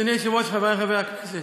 אדוני היושב-ראש, חברי חברי הכנסת,